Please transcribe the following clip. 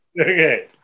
Okay